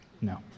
No